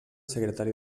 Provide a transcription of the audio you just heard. secretari